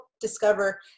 discover